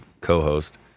co-host